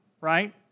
right